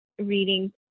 reading